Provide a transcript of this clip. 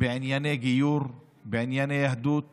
בענייני גיור, בענייני יהדות